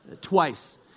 twice